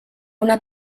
una